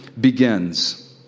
begins